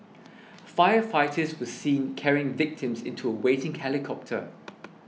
firefighters were seen carrying victims into waiting helicopter